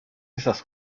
esas